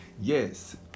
Yes